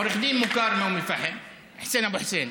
עורך דין מוכר מאום אל-פחם, חוסיין אבו חוסיין,